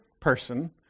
person